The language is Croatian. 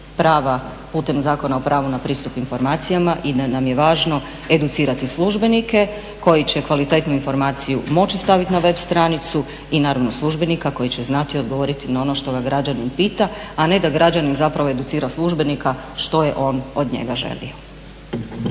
prava putem Zakona o pravu na pristup informacijama. I da nam je važno educirati službenike koji će kvalitetnu informaciju moći staviti na web stranicu i naravno službenika koji će znati odgovoriti na ono što ga građanin pita, a ne da građanin zapravo educira službenika što je on od njega želio.